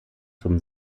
zum